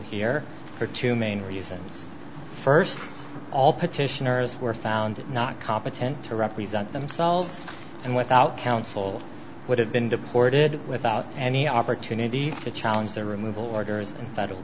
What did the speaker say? here for two main reasons first all petitioners were found not competent to represent themselves and without counsel would have been deported without any opportunity to challenge their removal orders in federal